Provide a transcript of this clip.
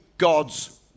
God's